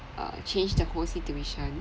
uh change the whole situation